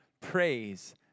praise